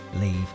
leave